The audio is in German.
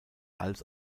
als